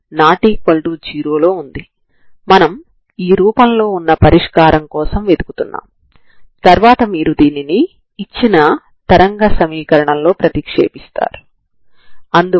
ux0f అని మనకు తెలుసు మరియు u1 ని ఇప్పటికే తీసుకున్నాము కాబట్టి u2x00 అవుతుంది